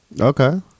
Okay